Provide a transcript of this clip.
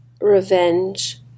revenge